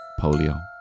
polio